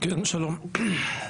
שלום.